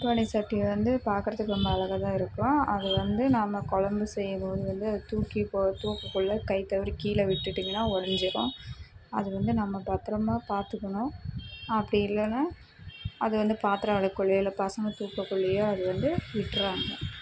மண் பானை சட்டி வந்து பார்க்கறதுக்கு ரொம்ப அழகாகதான் இருக்கும் அது வந்து நம்ம குழம்பு செய்யும்போது வந்து தூக்கி தூக்க குள்ளே கை தவறி கீழே விட்டுகிட்டிங்கன்னா உடஞ்சிரும் அது வந்து நம்ம பத்திரமாக பார்த்துக்கணும் அப்படி இல்லைனா அது வந்து பாத்திரம் விலக்க குள்ளே இல்லை பசங்கள் தூக்க குள்ளேயோ அது வந்து விட்டுறாங்க